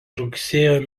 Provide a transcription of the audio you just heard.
rugsėjo